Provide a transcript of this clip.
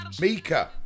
Mika